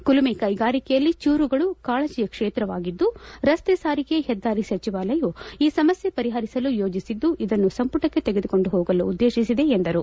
ಕುಲುಮೆ ಕೈಗಾರಿಕೆಯಲ್ಲಿ ಚೂರುಗಳು ಕಾಳಜಿಯ ಕ್ಷೇತ್ರವಾಗಿದ್ದು ರಸ್ತೆ ಸಾರಿಗೆ ಹೆದ್ದಾರಿ ಸಚಿವಾಲಯವು ಈ ಸಮಸ್ಯೆ ಪರಿಹರಿಸಲು ಯೋಜಿಸಿದ್ದು ಇದನ್ನು ಸಂಪುಟಕ್ಕೆ ತೆಗೆದುಕೊಂದು ಹೋಗಲು ಉದ್ದೇಶಿಸಿದೆ ಎಂದರು